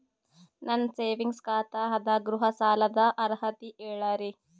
ನನ್ನ ಸೇವಿಂಗ್ಸ್ ಖಾತಾ ಅದ, ಗೃಹ ಸಾಲದ ಅರ್ಹತಿ ಹೇಳರಿ?